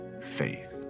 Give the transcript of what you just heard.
faith